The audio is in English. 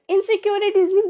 Insecurities